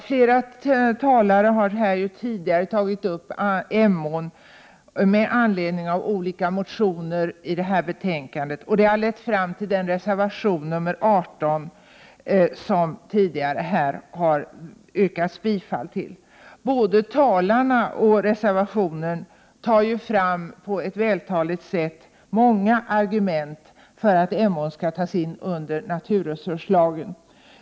Fru talman! Flera talare har tidigare tagit upp Emån med anledning av olika motioner i detta betänkande och den reservation, nr 18, som dessa motioner har lett fram till och som det har yrkats bifall till. Både talarna och reservanterna har vältaligt anfört ett flertal argument för att Emån skall tas in under naturresurslagen.